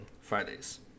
fridays